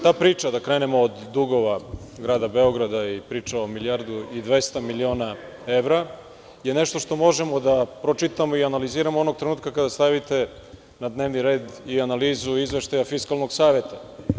Ta priča, da krenemo od dugova Grada Beograda, priča o milijardu i 200 miliona evra je nešto što možemo da pročitamo i analiziramo onog trenutka kada stavite na dnevni red i analizu izveštaja Fiskalnog saveta.